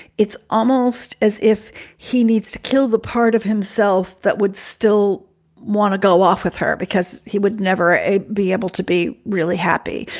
it's almost as if he needs to kill the part of himself that would still want to go off with her because he would never be able to be really happy.